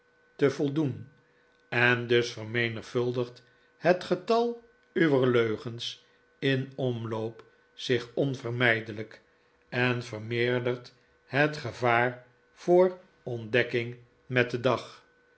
te voldoen en dus vermenigvuldigt het getal uwer leugens in omloop zich onvermijdelijk en vermeerdert het gevaar voor ontdekking met den dag